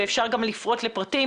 ואפשר גם לפרוט לפרטים,